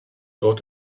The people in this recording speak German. dort